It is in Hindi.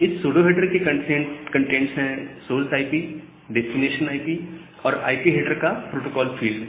इस सूडो हेडर के कंटेंट्स है सोर्स आईपी डेस्टिनेशन आईपी और आईपी हेडर का प्रोटोकॉल फील्ड